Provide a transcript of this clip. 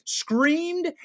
screamed